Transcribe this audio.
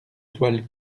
toile